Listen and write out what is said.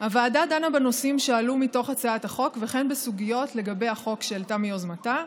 הוועדה דנה בנושאים שעלו בהצעת החוק וכן בסוגיות החוק שהעלתה מיוזמתה,